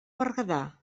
berguedà